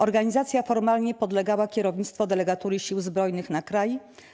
Organizacja formalnie podlegała kierownictwu Delegatury Sił Zbrojnych na Kraj.